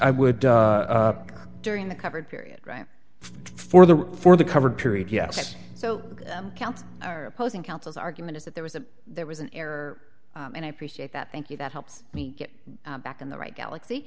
i would die during the covered period right for the for the covered period yes so counts are opposing counsel the argument is that there was a there was an error and i appreciate that thank you that helps me get back in the right galaxy